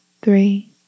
Three